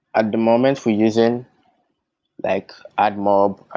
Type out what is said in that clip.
at the moment, we're using like admob